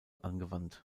angewandt